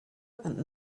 and